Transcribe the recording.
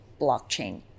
blockchain